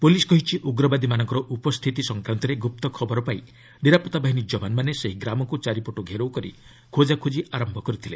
police କହିଛି ଉଗ୍ରବାଦୀମାନଙ୍କ ଉପସ୍ଥିତି ସଂକ୍ରାନ୍ତରେ ଗୁପ୍ତ ଖବର ପାଇ ନିରାପତ୍ତାବାହିନୀ କୱାନମାନେ ସେହି ଗ୍ରାମକୁ ଚାରିପଟୁ ଘେରାଉ କରି ଖୋଜାଖୋଜି ଆରମ୍ଭ କରିଥିଲେ